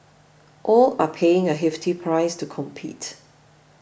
all are paying a hefty price to compete